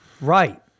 Right